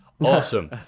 awesome